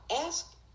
ask